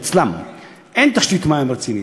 שאצלן אין תשתית מים רצינית,